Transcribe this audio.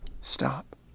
stop